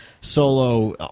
solo